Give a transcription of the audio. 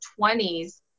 20s